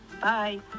Bye